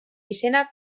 izena